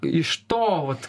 iš to vat